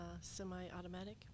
semi-automatic